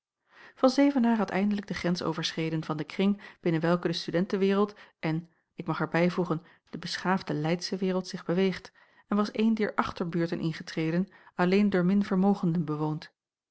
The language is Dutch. van zevenaer had eindelijk de grens overschreden van den kring binnen welken de studentewereld en ik mag er bijvoegen de beschaafde leydsche wereld zich beweegt en was eene dier achterbuurten ingetreden alleen door minvermogenden bewoond